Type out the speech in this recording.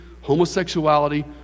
homosexuality